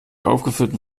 aufgeführten